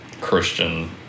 Christian